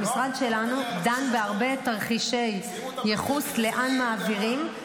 המשרד שלנו דן בהרבה תרחישי ייחוס, לאן מעבירים.